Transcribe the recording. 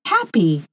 Happy